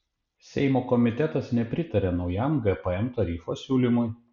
seimo komitetas nepritarė naujam gpm tarifo siūlymui